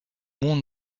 mont